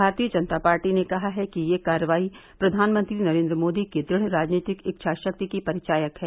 भारतीय जनता पार्टी ने कहा है कि यह कार्रवाई प्रधानमंत्री नरेन्द्र मोदी की दृढ़ राजनीतिक इच्छा शक्ति की परिचायक है